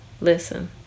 listen